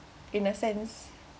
in a sense